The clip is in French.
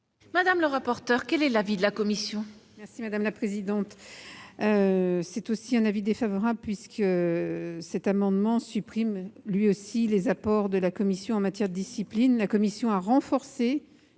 madame la présidente. Quel est l'avis de la commission ?